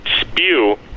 spew